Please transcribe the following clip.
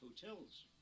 hotels